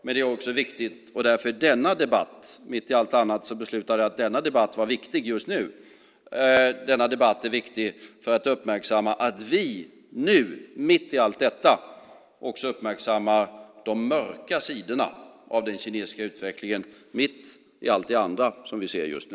Men mitt i allt annat beslutade jag att denna debatt var viktig just nu för att uppmärksamma att vi i allt det andra som vi ser också ser de mörka sidorna i den kinesiska utvecklingen.